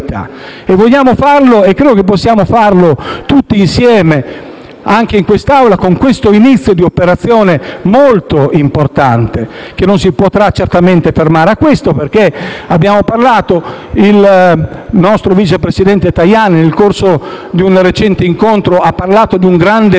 Vogliamo farlo - e credo che possiamo - tutti insieme, anche in quest'Aula con questo inizio di operazione molto importante, che non si potrà certamente fermare qui. Il nostro vice presidente Tajani, nel corso di un recente incontro, ha parlato di un grande piano